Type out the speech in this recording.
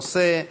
הנושא: